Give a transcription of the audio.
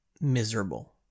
miserable